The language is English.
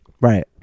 Right